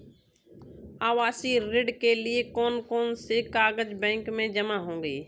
आवासीय ऋण के लिए कौन कौन से कागज बैंक में जमा होंगे?